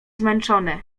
zmęczone